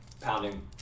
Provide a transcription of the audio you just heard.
Pounding